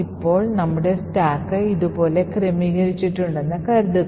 ഇപ്പോൾ നമ്മുടെ സ്റ്റാക്ക് ഇതുപോലെ ക്രമീകരിച്ചിട്ടുണ്ടെന്ന് കരുതുക